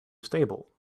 stable